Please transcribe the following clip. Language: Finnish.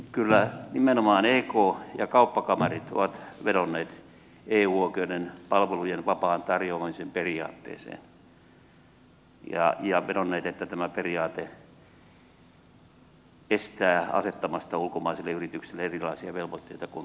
kyllä nimenomaan ek ja kauppakamarit ovat vedonneet eu oikeuden palveluiden vapaan tarjoamisen periaatteeseen ja vedonneet että tämä periaate estää asettamasta ulkomaisille yrityksille erilaisia velvoitteita kuin kotimaisille